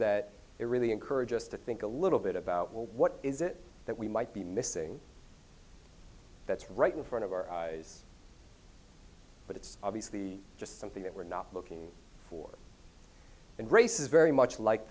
that it really encourage us to think a little bit about well what is it that we might be missing that's right in front of our eyes but it's obviously just something that we're not looking for and grace is very much like